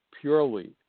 purely